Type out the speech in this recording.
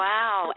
Wow